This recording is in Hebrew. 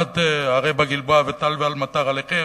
עד "הרי בגלבע אל טל ואל מטר עליכם",